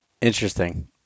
Interesting